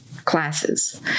classes